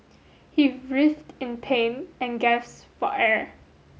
he writhed in pain and gasped for air